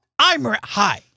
hi